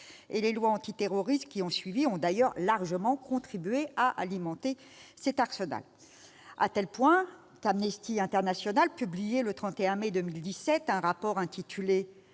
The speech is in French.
les lois antiterroristes qui ont suivi ont largement contribué à alimenter cet arsenal. À tel point qu'Amnesty International a publié, le 31 mai 2017, un rapport intitulé.